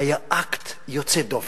היה אקט יוצא דופן.